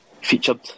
featured